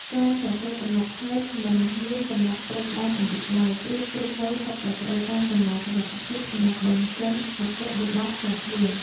ការសរសេរកំណត់ហេតុមិនមានកំណត់ព្រំដែនអាយុឡើយ ព្រោះគ្រប់វ័យសុទ្ធតែត្រូវការកន្លែងសុវត្ថិភាពសម្រាប់បញ្ចេញមតិយោបល់ផ្ទាល់ខ្លួន។